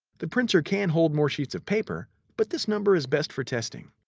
the printer can hold more sheets of paper, but this number is best for testing.